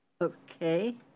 Okay